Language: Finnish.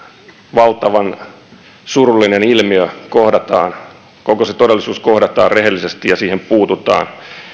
valtavan surullinen ilmiö kohdataan koko se todellisuus kohdataan rehellisesti ja siihen puututaan